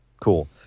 Cool